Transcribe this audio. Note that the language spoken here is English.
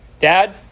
Dad